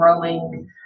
growing